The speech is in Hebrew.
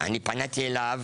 אני פניתי אליו